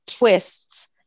Twists